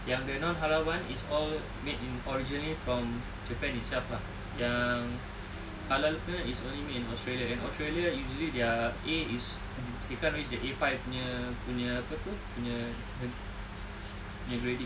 yang the non-halal one is all made in originally from japan itself lah yang halal punya is only made in australia and australia usually their A is they can't reach the A five punya punya apa tu punya punya grading